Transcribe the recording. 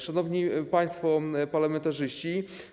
Szanowni Państwo Parlamentarzyści!